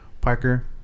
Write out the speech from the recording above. Parker